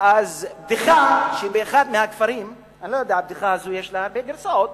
לבדיחה הזאת יש הרבה גרסאות.